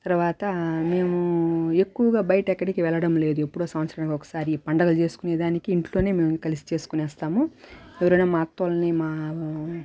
తర్వాత మేమూ ఎక్కువుగా బయట ఎక్కడికి వెళ్లడం లేదు ఎప్పుడో సంవత్సరానికి ఒకసారి పండగలు చేసుకునేదానికి ఇంట్లోనే మేం కలిసి చేసుకునేస్తాము ఎవరైనా మా అత్తోళ్ళని మా